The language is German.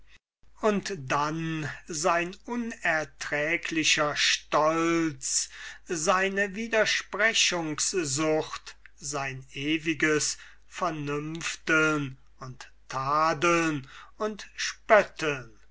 und dann sein unerträglicher stolz seine widersprechungssucht sein ewiges vernünfteln und tadeln und spötteln